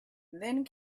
then